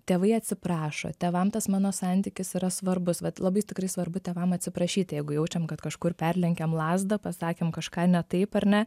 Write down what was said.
tėvai atsiprašo tėvam tas mano santykis yra svarbus vat labai tikrai svarbu tėvam atsiprašyti jeigu jaučiam kad kažkur perlenkiam lazdą pasakėm kažką ne taip ar ne